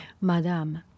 Madame